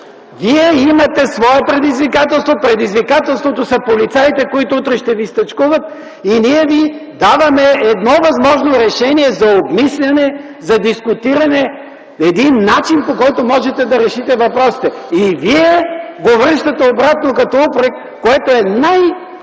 Вие имате свое предизвикателство, а предизвикателството са полицаите, които утре ще Ви стачкуват и ние Ви даваме едно възможно решение за обмисляне, за дискутиране – един начин, по който можете да решите въпросите. И Вие го връщате обратно като упрек, което е най-неприемливото